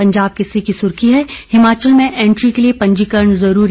पंजाब केसरी की सुर्खी है हिमाचल में एंट्री के लिये पंजीकरण जरूरी